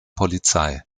polizei